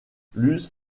luz